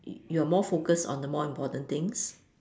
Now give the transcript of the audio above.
you're more focused on the more important things